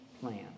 plan